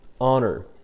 honor